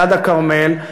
ליד הכרמל,